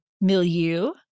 milieu